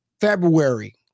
February